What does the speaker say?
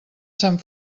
sant